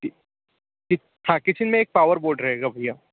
कि कि हाँ किचन में एक पावर बोर्ड रहेगा भैया